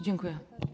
Dziękuję.